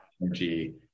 energy